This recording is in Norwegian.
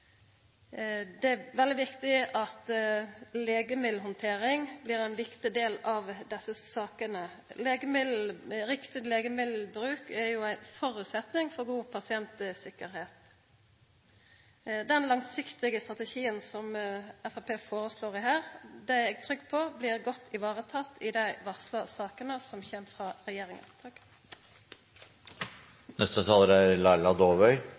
Det er veldig viktig at legemiddelhandtering blir ein del av desse sakene. Riktig legemiddelbruk er ein føresetnad for god pasientsikkerheit. Den langsiktige strategien som Framstegspartiet foreslår her, er eg trygg på blir teken godt vare på i dei varsla sakene som kjem frå regjeringa.